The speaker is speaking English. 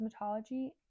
cosmetology